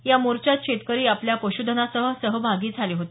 या मोर्चात शेतकरी आपल्या पशुधनासह सहभागी झाले होते